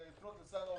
לפנות לשר האוצר.